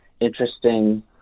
interesting